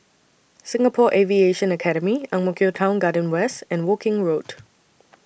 Singapore Aviation Academy Ang Mo Kio Town Garden West and Woking Road